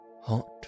hot